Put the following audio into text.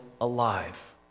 alive